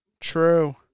True